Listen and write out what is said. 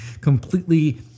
completely